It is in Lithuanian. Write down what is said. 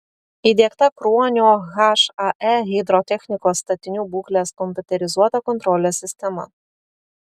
įdiegta kruonio hae hidrotechnikos statinių būklės kompiuterizuota kontrolės sistema